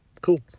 cool